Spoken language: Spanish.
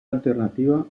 alternativa